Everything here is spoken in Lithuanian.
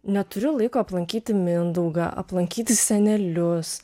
neturiu laiko aplankyti mindaugą aplankyti senelius